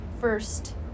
first